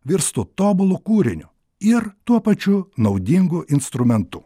virstų tobulu kūriniu ir tuo pačiu naudingu instrumentu